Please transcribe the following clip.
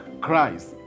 Christ